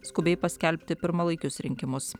skubiai paskelbti pirmalaikius rinkimus